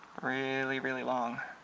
really really long